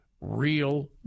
real